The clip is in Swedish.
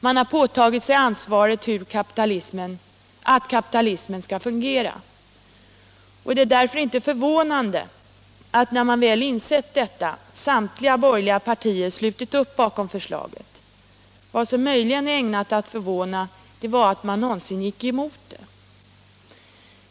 Den har påtagit sig ansvaret för att kapitalismen skall fungera. Det är därför inte förvånande att samtliga borgerliga partier, när de väl insett detta, slutit upp bakom förslaget. Vad som möjligen är ägnat att förvåna är att man någonsin gick emot det.